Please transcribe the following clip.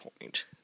point